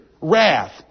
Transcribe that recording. wrath